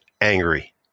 angry